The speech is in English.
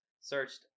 searched